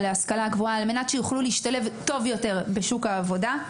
להשכלה גבוהה על מנת שיוכלו להשתלב טוב יותר בשוק העבודה.